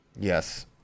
Yes